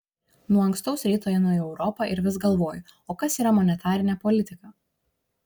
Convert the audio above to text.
nuo ankstaus ryto einu į europą ir vis galvoju o kas yra monetarinė politika